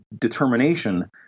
determination